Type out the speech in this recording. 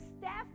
staff